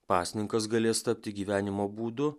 pasninkas galės tapti gyvenimo būdu